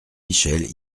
michel